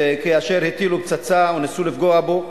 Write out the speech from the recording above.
כאשר הטילו פצצה וניסו לפגוע בו,